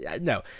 No